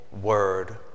word